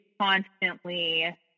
constantly